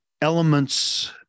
elements